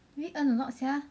really earn a lot sia